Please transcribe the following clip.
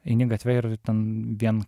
eini gatve ir ten vien